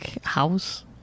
house